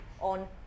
on